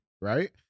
right